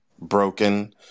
broken